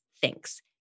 Thinks